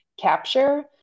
capture